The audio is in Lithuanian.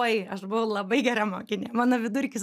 oi aš buvau labai gera mokinė mano vidurkis